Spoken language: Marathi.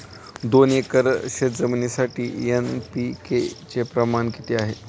दोन एकर शेतजमिनीसाठी एन.पी.के चे प्रमाण किती आहे?